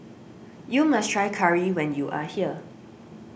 you must try Curry when you are here